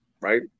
Right